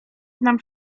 znam